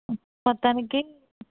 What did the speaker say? మొత్తానికి